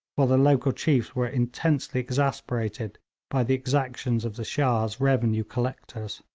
while the local chiefs were intensely exasperated by the exactions of the shah's revenue collectors.